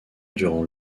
durant